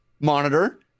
monitor